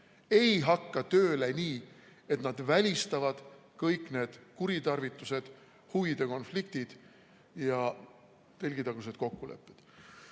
ei hakka tööle nii, et nad välistavad kõik need kuritarvitused, huvide konfliktid ja telgitagused kokkulepped.